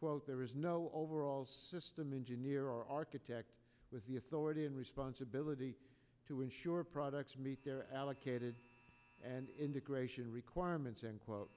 quote there was no overall system engineer architect with the authority and responsibility to ensure products meet their allocated and integration requirements and quote